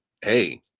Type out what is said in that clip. Hey